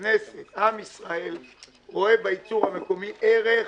הכנסת, עם ישראל רואים בייצור המקומי ערך